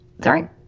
sorry